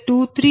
20